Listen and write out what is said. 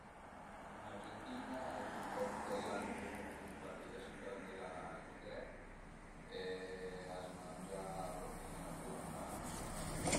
Ën Argentina a i sun tanti italian ch'a sun partì da si për andé la emigré e a s'mangia propi 'na bun-a carn